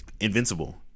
Invincible